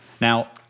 Now